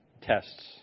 tests